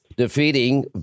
defeating